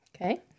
Okay